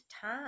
time